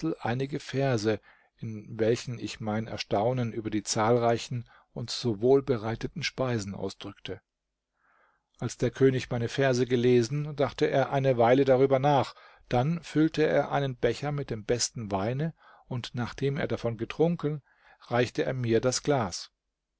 einige verse in welchen ich mein erstaunen über die zahlreichen und so wohlbereiteten speisen ausdrückte als der könig meine verse gelesen dachte er eine weile darüber nach dann füllte er einen becher mit dem besten weine und nachdem er davon getrunken reichte er mir das glas